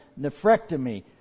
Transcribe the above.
nephrectomy